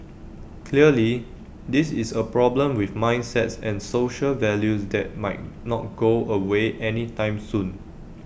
clearly this is A problem with mindsets and social values that might not go away anytime soon